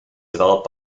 developed